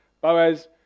Boaz